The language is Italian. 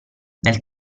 nel